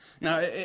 Now